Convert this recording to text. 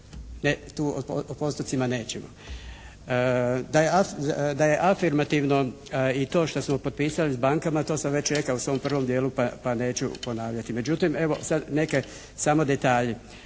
Dakle, tu o postotcima nećemo. Da je afirmativno i to što smo potpisali sa bankama to sam već rekao u svom pravom djelu, pa neću ponavljati. Međutim, evo sad neke samo detalje.